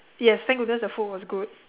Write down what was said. yes thank goodness the food was good